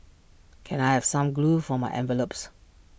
can I have some glue for my envelopes